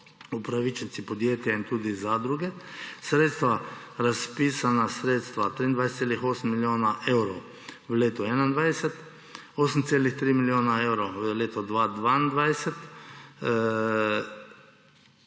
upravičenci podjetja in tudi zadruge, razpisana sredstva 23,8 milijona evrov v letu 2021, 8,3 milijona evrov v letu 2022